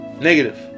negative